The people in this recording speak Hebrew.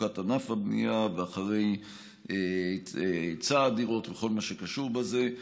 תפוקת ענף הבנייה ואחרי היצע הדירות וכל מה שקשור בזה,